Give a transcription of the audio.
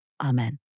amen